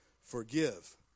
forgive